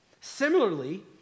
Similarly